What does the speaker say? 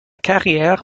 carrière